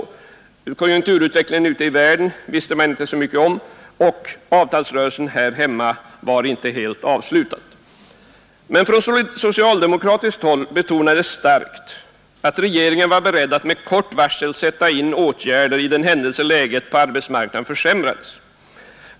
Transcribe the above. Den senaste konjunkturutvecklingen ute i världen visste man inte så mycket om, och avtalsrörelsen här hemma var inte helt avslutad. Från socialdemokratiskt håll betonades det emellertid starkt att regeringen var beredd att med kort varsel sätta in åtgärder för den händelse läget på arbetsmarknaden försämrades.